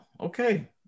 Okay